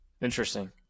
Interesting